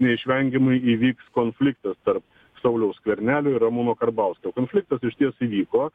neišvengiamai įvyks konfliktas tarp sauliaus skvernelio ir ramūno karbauskio konfliktas išties įvyko